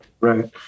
Right